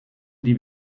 die